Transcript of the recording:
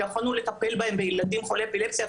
ויכולנו לטפל בהם בילדים חולי אפילפסיה,